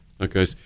Okay